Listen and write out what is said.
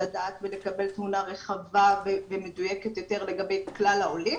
ולדעת ולקבל תמונה רחבה ומדויקת יותר לגבי כלל העולים.